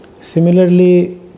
similarly